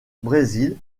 brésil